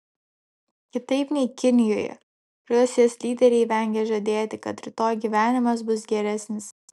kitaip nei kinijoje rusijos lyderiai vengia žadėti kad rytoj gyvenimas bus geresnis